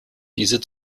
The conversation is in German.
diese